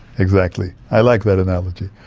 exactly, i like that analogy.